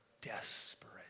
desperate